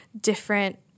different